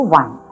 one